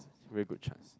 very good chance